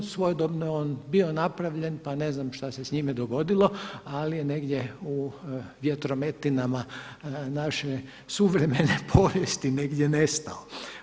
Svojedobno je on bio napravljen, pa ne znam šta se s njime dogodilo ali je negdje u vjetrometinama naše suvremene povijesti negdje nestao.